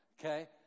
okay